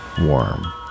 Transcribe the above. warm